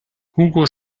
hugo